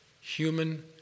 human